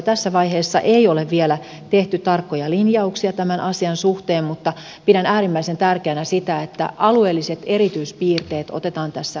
tässä vaiheessa ei ole vielä tehty tarkkoja linjauksia tämän asian suhteen mutta pidän äärimmäisen tärkeänä sitä että alueelliset erityispiirteet otetaan tässä uudistuksessa huomioon